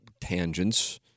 tangents